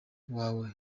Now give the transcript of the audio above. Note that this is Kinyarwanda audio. wawe